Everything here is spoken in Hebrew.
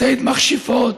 ציד מכשפות,